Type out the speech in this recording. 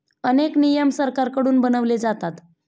अनेक नियम सरकारकडून बनवले जातात